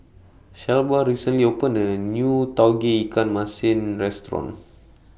Shelba recently opened A New Tauge Ikan Masin Restaurant